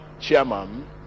chairman